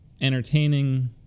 entertaining